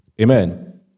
Amen